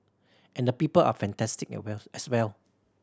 and the people are fantastic well as well